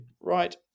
right